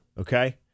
okay